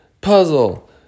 puzzle